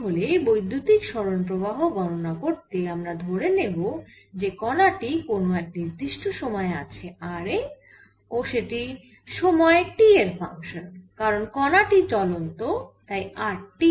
তাহলে বৈদ্যুতিক সরণ প্রবাহ গণনা করতে আমরা ধরে নেব যে কণা টি কোন এক নির্দিষ্ট সময়ে আছে r এ ও সেটি সময় t এর ফাংশান কারণ কণা টি চলন্ত তাই r t